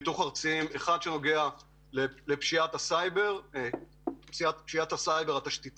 האחד נוגע לפשיעת הסייבר התשתיתית